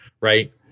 Right